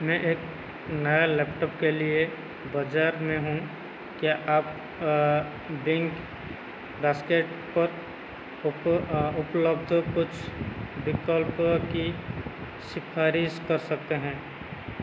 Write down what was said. मैं एक नए लैपटॉप के लिए बाजार में हूँ क्या आप बिंगबास्केट पर उप उपलब्ध कुछ विकल्प की सिफ़ारिश कर सकते हैं